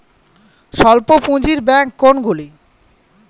স্বল্প পুজিঁর ব্যাঙ্ক কোনগুলি?